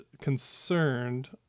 concerned